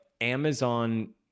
Amazon